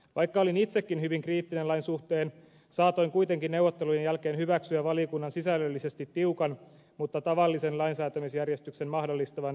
vaikka olin itsekin hyvin kriittinen lain suhteen saatoin kuitenkin neuvottelujen jälkeen hyväksyä valiokunnan sisällöllisesti tiukan mutta tavallisen lain säätämisjärjestyksen mahdollistavan yksimielisen lausunnon